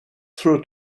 through